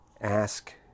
ask